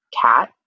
cat